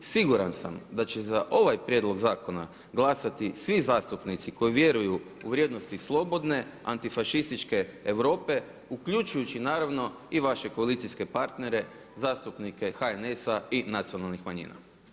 Siguran sam da će za ovaj prijedlog zakona glasati svi zastupnici koji vjeruju u vrijednosti slobodne, antifašističke Europe uključujuću i naravno vaše koalicijske partnere, zastupnike HNS-a i nacionalnih manjina.